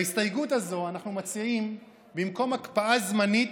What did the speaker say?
בהסתייגות הזאת אנחנו מציעים, במקום הקפאה זמנית,